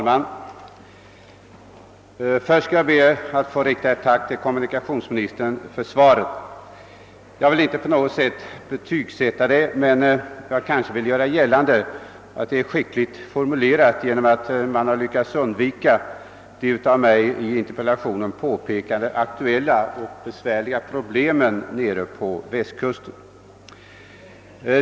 Herr talman! Jag ber att få rikta ett tack till kommunikationsministern för svaret. Jag vill inte på något sätt betygsätta det men jag kanske vill göra gällande att det är skickligt formulerat, eftersom statsrådet däri lyckats undvika de av mig i interpellationen påpekade aktuella och besvärliga problemen nere på västkusten.